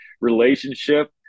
relationship